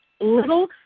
little